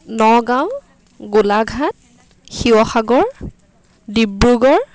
Nagaon Golaghat Sivasagar Dibrugarh